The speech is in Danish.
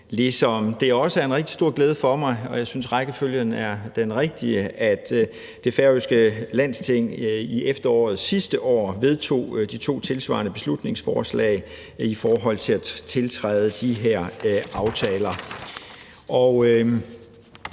det også er en rigtig stor glæde for mig – og jeg synes, at rækkefølgen er den rigtige – at det færøske Lagting i efteråret sidste år vedtog de to tilsvarende beslutningsforslag i forhold til at tiltræde de her aftaler.